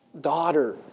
daughter